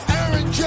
Aaron